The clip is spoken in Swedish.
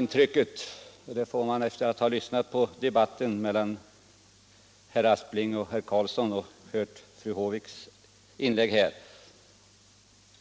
När man lyssnat på debatten mellan herr Aspling och herr Carlsson i Vikmanshyttan och hört fru Håviks inlägg får